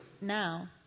now